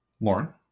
Lauren